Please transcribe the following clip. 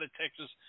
Texas